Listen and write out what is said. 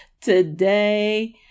Today